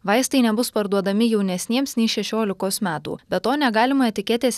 vaistai nebus parduodami jaunesniems nei šešiolikos metų be to negalima etiketėse